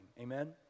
Amen